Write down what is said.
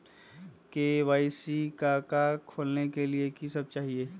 KYC का का खोलने के लिए कि सब चाहिए?